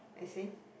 essay